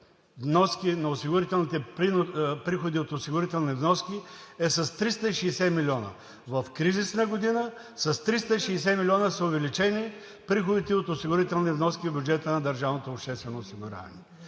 на осигурителните приходи от осигурителни вноски е с 360 милиона – в кризисна година с 360 милиона са увеличени приходите от осигурителни вноски в бюджета на държавното обществено осигуряване.